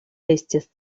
estis